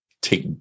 take